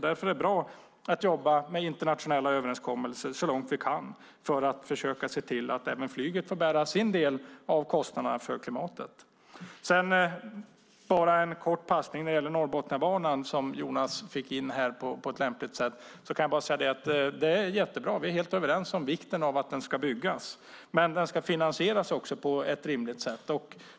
Därför är det bra att jobba med internationella överenskommelser så långt vi kan för att försöka se till att även flyget får bära sin del av kostnaderna för klimatet. Bara en kort passning när det gäller Norrbotniabanan som Jonas Sjöstedt fick in här på ett lämpligt sätt. Den är jättebra, vi är helt överens om vikten av att den ska byggas, men den ska också finansieras på ett rimligt sätt.